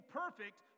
perfect